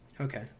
Okay